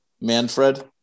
Manfred